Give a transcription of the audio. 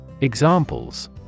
Examples